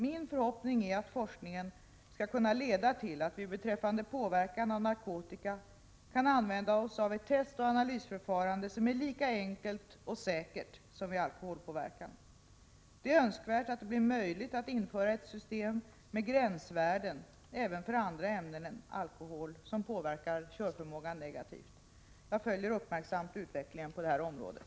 Min förhoppning är att forskningen skall kunna leda till att vi beträffande påverkan av narkotika kan använda oss av ett testoch analysförfarande som är lika enkelt och säkert som vid alkoholpåverkan. Det är önskvärt att det blir möjligt att införa ett system med gränsvärden även för andra ämnen än alkohol som påverkar körförmågan negativt. Jag följer uppmärksamt utvecklingen på det här området.